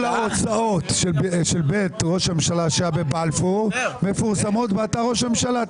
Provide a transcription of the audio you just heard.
ההוצאות של בית ראש הממשלה שהיה בבלפור מפורסמות באתר ראש הממשלה.